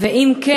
2. אם כן,